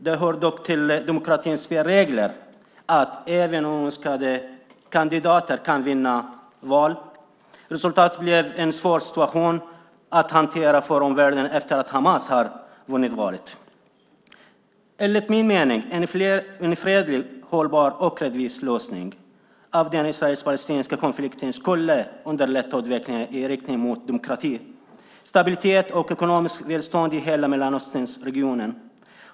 Det hör dock till demokratins spelregler att även oönskade kandidater kan vinna val. Resultatet blev en svår situation att hantera för omvärlden efter att Hamas vann valet. Enligt min mening skulle en fredlig, hållbar och rättvis lösning av den israelisk-palestinska konflikten underlätta utvecklingen i riktning mot demokrati, stabilitet och ekonomiskt välstånd i hela Mellanösternregionen.